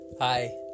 Hi